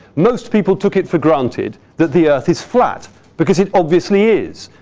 most people took it for granted that the earth is flat because it obviously is.